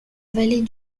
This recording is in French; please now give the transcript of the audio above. vallée